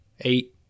eight